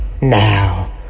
Now